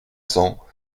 cents